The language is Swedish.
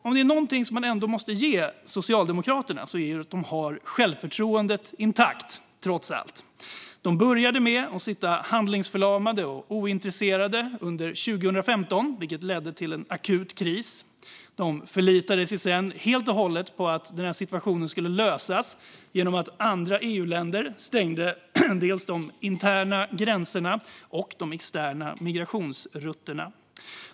Är det något man ändå måste ge Socialdemokraterna är det att de har självförtroendet intakt, trots allt. De började med att sitta handlingsförlamade och ointresserade under 2015, vilket ledde till en akut kris. De förlitade sig sedan helt och hållet på att situationen skulle lösas genom att andra EU-länder stängde både de interna gränserna och de externa migrationsrutterna.